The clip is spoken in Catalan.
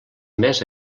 més